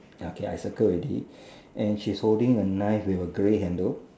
ya K I circle already and she's holding a knife with a grey handle